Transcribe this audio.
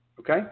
Okay